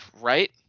Right